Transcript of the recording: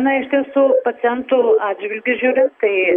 na iš tiesų pacientų atžvilgiu žiūrint tai